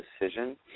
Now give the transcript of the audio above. decision